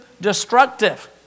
destructive